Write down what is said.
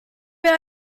wir